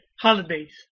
holidays